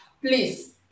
Please